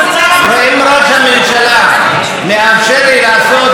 ערוץ 10. אם ראש הממשלה מאפשר לי לעשות